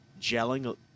gelling